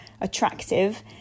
attractive